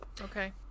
okay